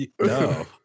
No